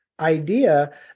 idea